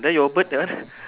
then your bird that one eh